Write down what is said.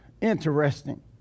interesting